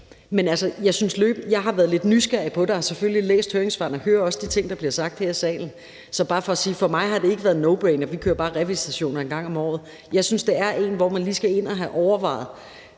Jeg har været lidt nysgerrig på det og har selvfølgelig læst høringssvarene og hører også de ting, der bliver sagt her i salen. Det er bare for sige, at det for mig ikke har været en nobrainer, at vi bare kører revisitationer en gang om året. Jeg synes, det er et område, hvor man lige skal ind og have overvejet